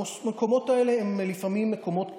המקומות האלה הם לפעמים מקומות קשים,